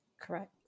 Correct